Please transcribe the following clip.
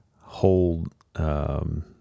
hold